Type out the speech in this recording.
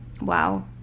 Wow